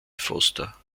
foster